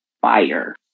fire